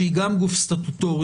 שהיא גם גוף סטטוטורי,